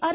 R